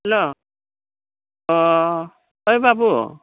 hello अ ओइ बाबु